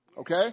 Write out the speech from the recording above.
Okay